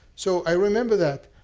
so i remember that.